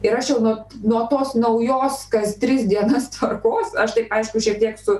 ir aš jau nuo nuo tos naujos kas tris dienas tvarkos aš taip aišku šiek tiek su